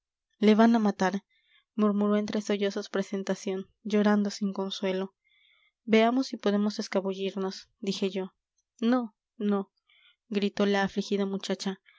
le van a matar murmuró entre sollozos presentación llorando sin consuelo veamos si podemos escabullirnos dije yo no no gritó la afligida muchacha